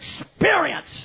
experience